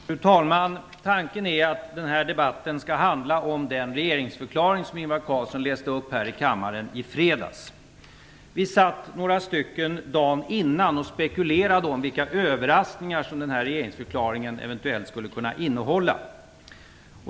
Fru talman! Tanken är att den här debatten skall handla om den regeringsförklaring som Ingvar Carlsson läste upp här i kammaren i fredags. Vi satt några stycken dagen innan och spekulerade om vilka överraskningar som regeringsförklaringen eventuellt skulle kunna innehålla.